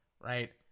right